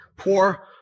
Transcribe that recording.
Poor